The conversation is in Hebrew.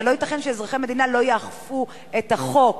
הרי לא ייתכן שאזרחי המדינה לא יאכפו את החוק.